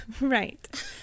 right